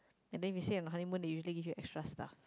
and then we say in the honeymoon they usually just extra lah